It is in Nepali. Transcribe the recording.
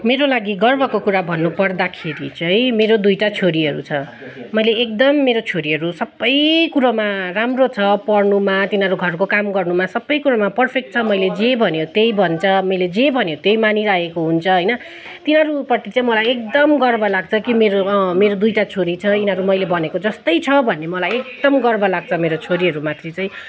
मेरो लागि गर्वको कुरा भन्नु पर्दाखेरि चाहिँ मेरो दुइटा छोरीहरू छ मैले एकदम मेरो छोरीहरू सबै कुरोमा राम्रो छ पढ्नुमा तिनीहरू घरको काम गर्नुमा सबै कुरोमा पर्फेक्ट छ मैले जे भन्यो त्यही भन्छ मैले जे भन्यो त्यही मानिरहेको हुन्छ होइन तिनीहरूपट्टि चाहिँ मलाई एकदम गर्व लाग्छ कि मेरो अँ मेरो दुइटा छोरी छ यिनीहरू मैले भनेको जस्तै छ भन्ने मलाई एकदम गर्व लाग्छ मेरो छोरीहरूमाथि चाहिँ